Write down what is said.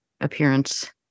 appearance